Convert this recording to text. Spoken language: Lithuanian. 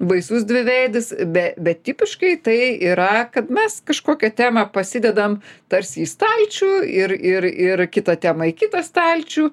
baisus dviveidis be bet tipiškai tai yra kad mes kažkokią temą pasidedame tarsi į stalčių ir ir ir kitą temą į kitą stalčių